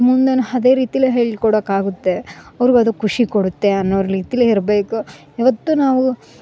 ಮುಂದೆನು ಅದೆ ರೀತಿಲೆ ಹೇಳ್ಕೊಡಕ್ಕೆ ಆಗುತ್ತೆ ಅವ್ರ್ಗ ಅದು ಖುಷಿ ಕೊಡುತ್ತೆ ಅನ್ನೋರು ರೀತಿಲೆ ಇರಬೇಕು ಯಾವತ್ತು ನಾವು